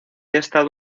estado